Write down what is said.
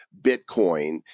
Bitcoin